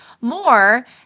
more